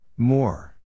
More